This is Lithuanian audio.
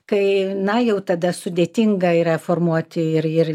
kai na jau tada sudėtinga yra formuoti ir ir